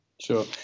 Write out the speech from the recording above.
sure